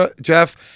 Jeff